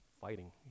fighting